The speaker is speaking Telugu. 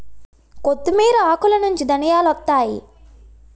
కొత్తిమీర ఆకులనుంచి ధనియాలొత్తాయి